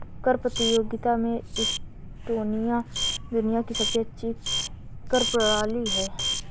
कर प्रतियोगिता में एस्टोनिया दुनिया की सबसे अच्छी कर प्रणाली है